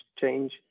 change